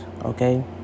okay